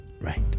right